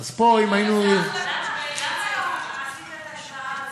אז פה, אם היינו, זה אחלה קמפיין לצאת אתו.